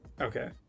Okay